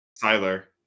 Tyler